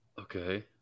okay